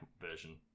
version